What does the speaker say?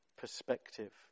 perspective